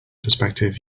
perspective